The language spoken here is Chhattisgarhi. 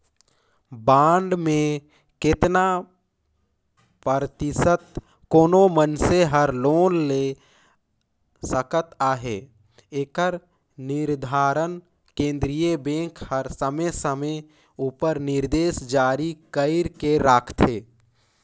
बांड में केतना परतिसत कोनो मइनसे हर लोन ले सकत अहे एकर निरधारन केन्द्रीय बेंक हर समे समे उपर निरदेस जारी कइर के रखथे